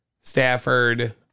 Stafford